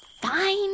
Fine